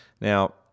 Now